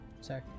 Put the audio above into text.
sorry